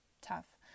tough